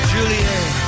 Juliet